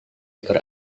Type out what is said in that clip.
ekor